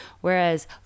Whereas